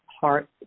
heart